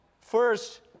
first